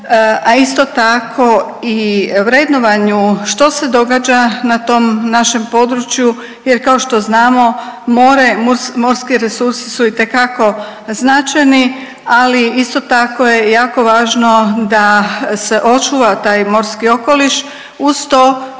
a isto tako i vrednovanju što se događa na tom našem području. Jer kao što znamo more, morski resursi su itekako značajni. Ali isto tako je jako važno da se očuva taj morski okoliš uz to što